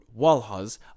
Walhaz